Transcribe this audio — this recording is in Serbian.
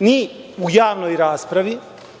ni u javnoj raspravi,